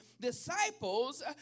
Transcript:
disciples